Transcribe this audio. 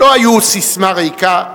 לא היו ססמה ריקה,